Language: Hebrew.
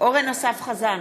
אורן אסף חזן,